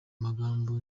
magambo